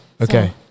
Okay